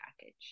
package